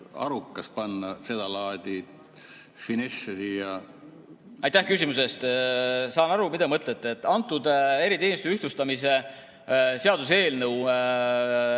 arukas panna seda laadi finesse siia?